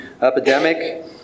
epidemic